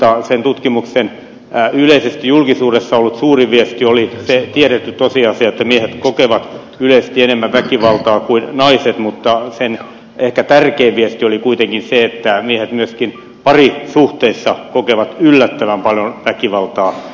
sen tutkimuksen yleisesti julkisuudessa ollut suurin viesti oli se tiedetty tosiasia että miehet kokevat yleisesti enemmän väkivaltaa kuin naiset mutta sen ehkä tärkein viesti oli kuitenkin se että miehet myöskin parisuhteessa kokevat yllättävän paljon väkivaltaa